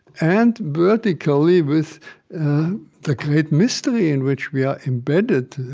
and vertically, with the great mystery in which we are embedded,